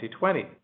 2020